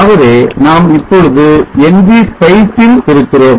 ஆகவே நாம் இப்பொழுது Ngspice ல் இருக்கிறோம்